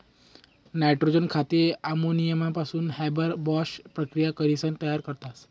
nitrogen खते अमोनियापासून Haber Bosch प्रकिया करीसन तयार करतस